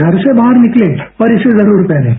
घर से बाहर निकलें पर इसे जरूर पहनें